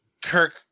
kirk